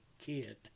kid